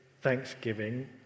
thanksgiving